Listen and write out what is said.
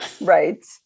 Right